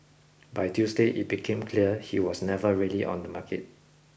by Tuesday it became clear he was never really on the market